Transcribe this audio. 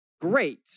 great